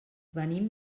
venim